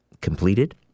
completed